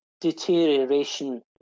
deterioration